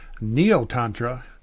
Neo-Tantra